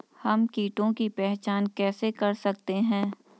हम कीटों की पहचान कैसे कर सकते हैं?